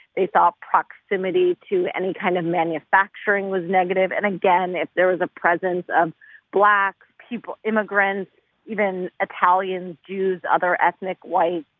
they thought proximity to any kind of manufacturing was negative. and again if there was a presence of blacks, immigrants, even italians, jews, other ethnic whites,